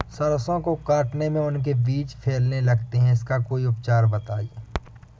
सरसो को काटने में उनके बीज फैलने लगते हैं इसका कोई उपचार बताएं?